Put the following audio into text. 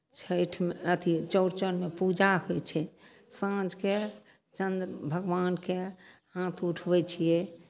छठिमे अथि चौड़चनमे पूजा होइ छै साँझकेँ चन्द्र भगवानकेँ हाथ उठबै छियै